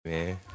man